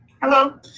Hello